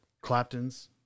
Clapton's